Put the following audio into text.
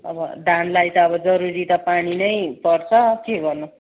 अब धानलाई त अब जरुरी त पानी नै पर्छ के गर्नु